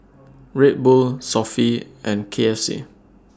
Red Bull Sofy and K F C